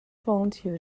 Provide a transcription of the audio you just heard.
volunteer